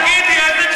רק תגידי, איזה כיבוש?